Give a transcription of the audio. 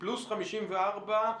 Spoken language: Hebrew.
פלוס 54 מיליון,